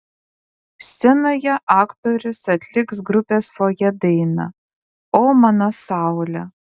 scenoje aktorius atliks grupės fojė dainą o mano saule